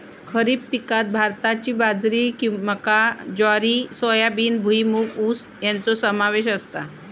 खरीप पिकांत भाताची बाजरी मका ज्वारी सोयाबीन भुईमूग ऊस याचो समावेश असता